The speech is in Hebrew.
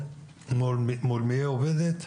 מול מי היא עובדת?